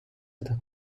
estas